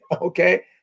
Okay